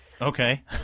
Okay